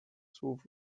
słów